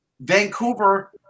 Vancouver